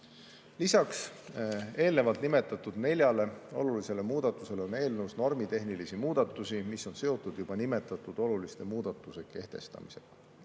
Lisaks eelnevalt nimetatud neljale olulisele muudatusele on eelnõus normitehnilisi muudatusi, mis on seotud juba nimetatud oluliste muudatuste kehtestamisega.